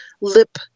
lip